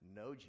no